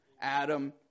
Adam